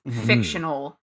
fictional